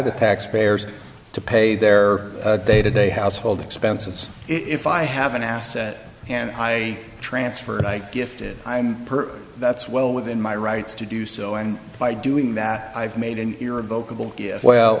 the taxpayers to pay their day to day household expenses if i have an asset and i transfer i gifted i'm per that's well within my rights to do so and by doing that i've made an era